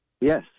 Yes